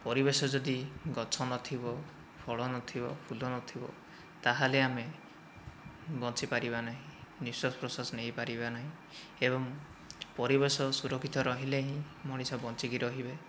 ପରିବେଶ ଯଦି ଗଛ ନଥିବ ଫଳ ନଥିବ ଫୁଲ ନଥିବ ତା'ହେଲେ ଆମେ ବଞ୍ଚି ପାରିବା ନାହିଁ ନିଶ୍ଵାସ ପ୍ରଶ୍ଵାସ ନେଇ ପାରିବା ନାହିଁ ଏବଂ ପରିବେଶ ସୁରକ୍ଷିତ ରହିଲେ ହିଁ ମଣିଷ ବଞ୍ଚିକି ରହିବେ